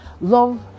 love